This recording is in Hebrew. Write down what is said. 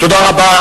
תודה רבה.